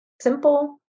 simple